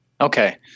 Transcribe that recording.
Okay